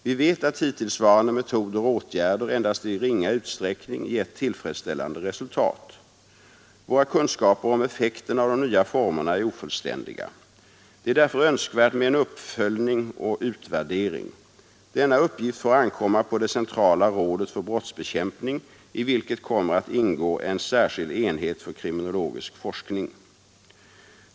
Vi vet att hittillsvarande metoder och åtgärder endast i ringa utsträckning gett tillfredsställande resultat. Våra kunskaper om effekten av de nya formerna är ofullständiga. Det är därför önskvärt med en uppföljning och utvärdering. Denna uppgift får ankomma på det centrala rådet för brottsbekämpning, i vilket kommer att ingå en särskild enhet för kriminologisk forskning.